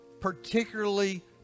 Particularly